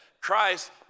Christ